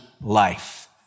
life